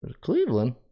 cleveland